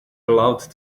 allowed